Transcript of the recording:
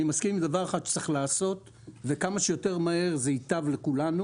שצריך לעשות וכמה שיותר מהר זה ייטב לכולנו,